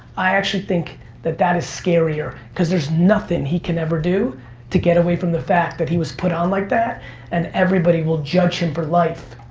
i actually think that that is scarier cause there's nothing he can ever do to get away from the fact that he was put on like that and everybody will judge him for life.